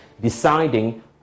deciding